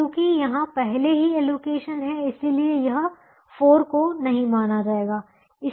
क्योंकि यहां पहले ही एलोकेशन है इसलिए यह 4 को नहीं माना जाएगा